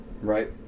right